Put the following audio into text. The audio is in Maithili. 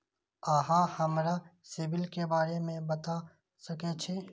अहाँ हमरा सिबिल के बारे में बता सके छी?